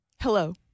Hello